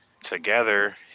together